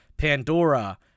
Pandora